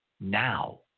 now